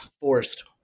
forced